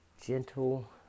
gentle